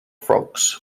frogs